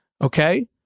Okay